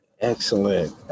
Excellent